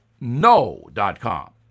no.com